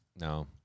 No